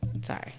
sorry